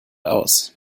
aus